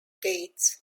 dates